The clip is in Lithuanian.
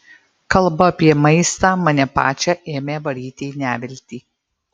kalba apie maistą mane pačią ėmė varyti į neviltį